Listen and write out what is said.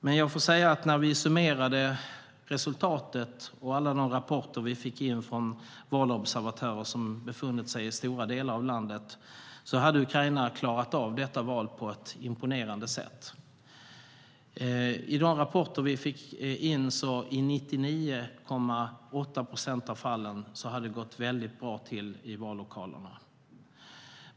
Men när vi summerade resultatet och alla de rapporter vi fick in från valobservatörer som befunnit sig i stora delar av landet kunde vi se att Ukraina hade klarat av detta val på ett imponerande sätt. Enligt de rapporter vi fick in hade det i 99,8 procent gått väldigt bra till i vallokalerna.